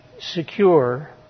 secure